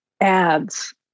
ads